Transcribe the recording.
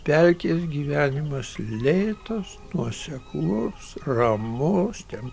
pelkės gyvenimas lėtas nuoseklus ramu ten